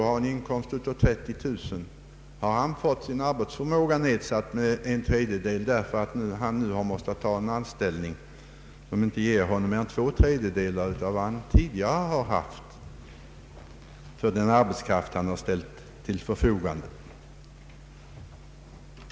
Han har, kan man även säga, fått sin arbetsförmåga nedsatt med en tredjedel, därför att han nu har varit tvungen att ta en anställ ning som inte ger honom mer än två tredjedelar av vad han tidigare fått för den arbetskraft han ställt till förfogande.